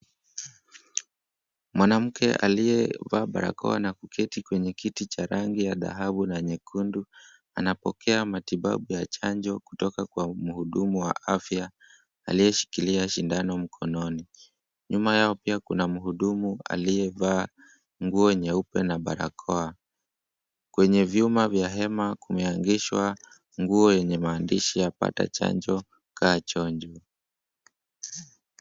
Mwanamke aliyevaa barakoa na kuketi kwenye kiti cha rangi ya dhahabu na nyekundu, anapokea matibabu ya chanjo kutoka kwa mhudumu wa afya, aliyeshikilia sindano mkononi. Nyuma yao pia kuna mhudumu aliyevaa nguo nyeupe na barakoa. Kwenye vyuma vya hema kumeegeshwa nguo yenye maandishi ya, "Pata Chanjo, Kaa Chonjo".